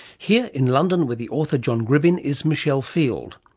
here in london with the author john gribbin is michele field.